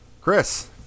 Chris